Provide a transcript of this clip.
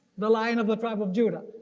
the lion of the tribe of judah.